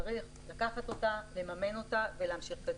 צריך לקחת אותה, לממן אותה ולהמשיך קדימה.